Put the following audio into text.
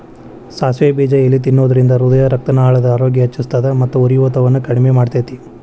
ಸಾಸಿವೆ ಬೇಜದ ಎಲಿ ತಿನ್ನೋದ್ರಿಂದ ಹೃದಯರಕ್ತನಾಳದ ಆರೋಗ್ಯ ಹೆಚ್ಹಿಸ್ತದ ಮತ್ತ ಉರಿಯೂತವನ್ನು ಕಡಿಮಿ ಮಾಡ್ತೆತಿ